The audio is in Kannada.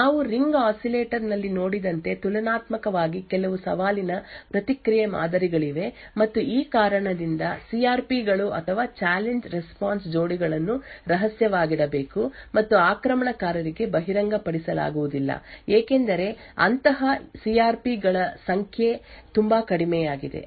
ನಾವು ರಿಂಗ್ ಆಸಿಲೇಟರ್ ನಲ್ಲಿ ನೋಡಿದಂತೆ ತುಲನಾತ್ಮಕವಾಗಿ ಕೆಲವು ಸವಾಲಿನ ಪ್ರತಿಕ್ರಿಯೆ ಮಾದರಿಗಳಿವೆ ಮತ್ತು ಈ ಕಾರಣದಿಂದ ಸಿ ಆರ್ ಪಿ ಗಳು ಅಥವಾ ಚಾಲೆಂಜ್ ರೆಸ್ಪಾನ್ಸ್ ಜೋಡಿಗಳನ್ನು ರಹಸ್ಯವಾಗಿಡಬೇಕು ಮತ್ತು ಆಕ್ರಮಣಕಾರರಿಗೆ ಬಹಿರಂಗಪಡಿಸಲಾಗುವುದಿಲ್ಲ ಏಕೆಂದರೆ ಅಂತಹ ಸಿ ಆರ್ ಪಿ ಗಳ ಸಂಖ್ಯೆ ತುಂಬಾ ಕಡಿಮೆಯಾಗಿದೆ